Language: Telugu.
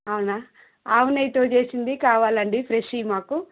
అవునా ఆవు నెయ్యితో చేసింది కావాలండి ఫ్రెష్వి మాకు